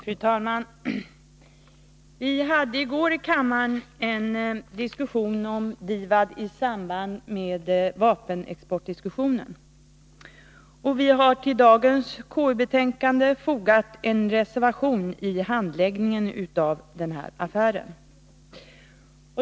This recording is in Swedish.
Fru talman! I samband med gårdagens diskussion om vapenexporten diskuterade kammaren också vapenexporten till USA . Vpk har till KU:s betänkande fogat en reservation vad gäller handläggningen av denna affär.